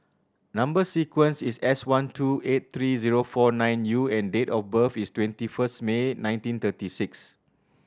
number sequence is S one two eight three zero four nine U and date of birth is twenty first May nineteen thirty six